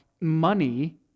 money